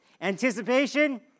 anticipation